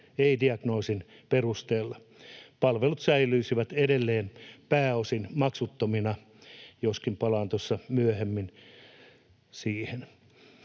ei diagnoosin, perusteella. Palvelut säilyisivät edelleen pääosin maksuttomina, joskin palaan tuossa myöhemmin siihen.